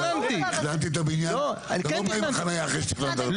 תכננתי את הבינין ,אתה לא בא עם חניה אחרי שתכננת.